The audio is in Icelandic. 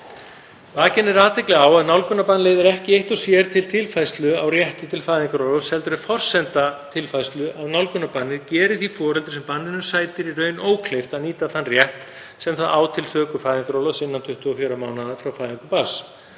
Vakin er athygli á að nálgunarbann leiðir ekki eitt og sér til tilfærslu á rétti til fæðingarorlofs heldur er forsenda tilfærslu að nálgunarbannið geri því foreldri sem banninu sætir í raun ókleift að nýta þann rétt sem það á til töku fæðingarorlofs innan 24 mánaða frá fæðingu barns,